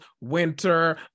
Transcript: Winter